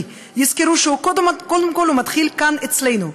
יזכרו שקודם כול הוא מתחיל כאן אצלנו,